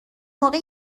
موقع